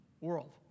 world